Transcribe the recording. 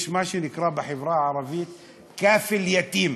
יש מה שנקרא בחברה הערבית "קאפל יתים".